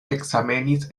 ekzamenis